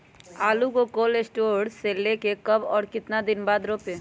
आलु को cold store से ले के कब और कितना दिन बाद रोपे?